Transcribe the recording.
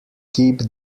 keep